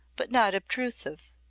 but not obtrusive.